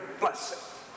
blessing